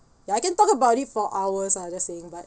ya I can talk about it for hours ah just saying but